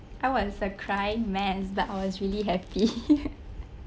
I was a crying mess but I was really happy